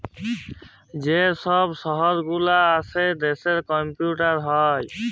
যে ছব শহর গুলা আসে দ্যাশের ক্যাপিটাল হ্যয়